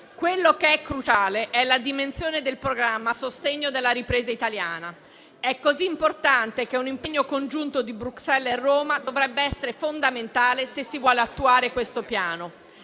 Quello che è cruciale è la dimensione del programma a sostegno della ripresa italiana. È così importante che un impegno congiunto di Bruxelles a Roma dovrebbe essere fondamentale, se si vuole attuare questo Piano.